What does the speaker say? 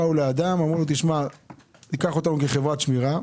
באו לאדם ואמרו לו קח אותנו כחברת שמירה.